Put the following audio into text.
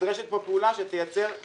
ונדרשת כאן פעולה שתייצר